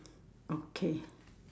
okay